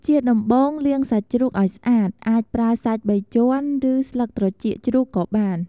ជាដំបូង លាងសាច់ជ្រូកឲ្យស្អាត អាចប្រើសាច់បីជាន់ ឬស្លឹកត្រចៀកជ្រូកក៏បាន។